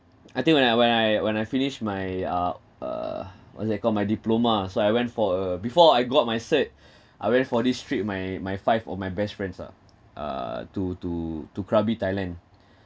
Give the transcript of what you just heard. I think when I when I when I finished my uh uh what's that called my diploma so I went for a before I got my cert I went for this trip my my five of my best friends ah err to to to krabi thailand